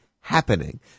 happening